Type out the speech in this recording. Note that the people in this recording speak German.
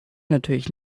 natürlich